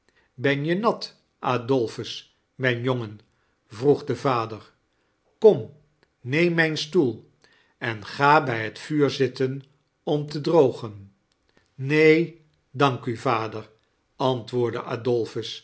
ben je nat adolphus mijn jongen vroeg de vader kom neem mijn soel en ga bij het vuur zitten om te drogen neen dank u vader antwoordde